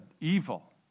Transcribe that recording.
evil